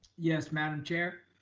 yes. madam chair.